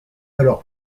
alors